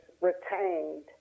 retained